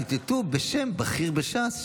ציטטו בשם בכיר בש"ס,